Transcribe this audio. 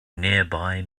nearby